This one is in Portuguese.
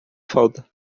falta